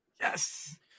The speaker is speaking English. Yes